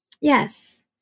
Yes